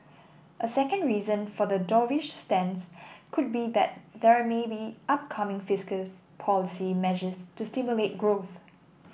a second reason for the dovish stance could be that there may be upcoming fiscal policy measures to stimulate growth